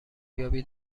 یابی